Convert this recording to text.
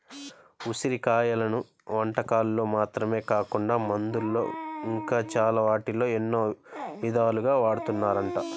ఉసిరి కాయలను వంటకాల్లో మాత్రమే కాకుండా మందుల్లో ఇంకా చాలా వాటిల్లో ఎన్నో ఇదాలుగా వాడతన్నారంట